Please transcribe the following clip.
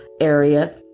area